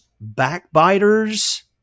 backbiters